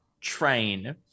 train